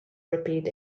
repeat